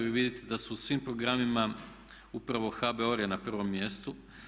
Vi vidite da su u svim programima upravo HBOR je na pravom mjestu.